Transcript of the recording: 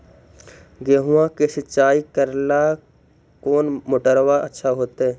गेहुआ के सिंचाई करेला कौन मोटरबा अच्छा होतई?